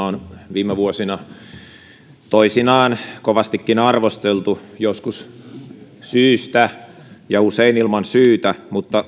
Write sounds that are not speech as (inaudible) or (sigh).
(unintelligible) on viime vuosina toisinaan kovastikin arvosteltu joskus syystä ja usein ilman syytä mutta